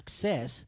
success